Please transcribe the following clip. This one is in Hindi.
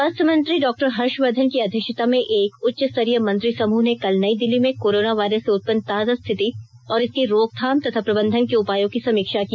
स्वास्थ्य मंत्री डॉ हर्षवर्द्वन की अध्यक्षता में एक उच्च स्तरीय मंत्री समूह ने कल नई दिल्ली में कोरोना वायरस से उत्पन्न ताजा स्थिति और इसकी रोकथाम तथा प्रबंधन के उपायों की समीक्षा की